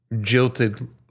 jilted